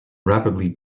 rapidly